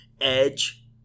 Edge